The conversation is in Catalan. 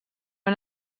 han